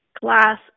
class